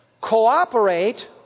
cooperate